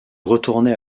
retournait